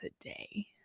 today